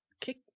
kick